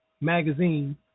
magazine